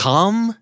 Come